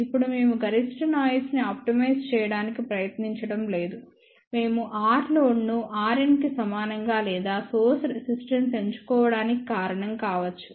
ఇప్పుడు మేము గరిష్ట నాయిస్ ని ఆప్టిమైజ్ చేయడానికి ప్రయత్నించడం లేదు మేము Rలోడ్ ను Rn కి సమానంగా లేదా సోర్స్ రెసిస్టెన్స్ ఎంచుకోవడానికి కారణం కావచ్చు